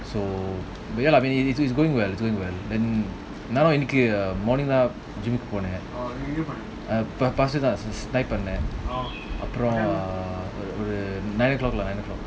so but ya lah I mean it it it's going well it's going well then morning lah gym ku போனேன்:ponen nine o'clock lah nine o'clock